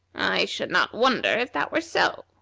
i should not wonder if that were so,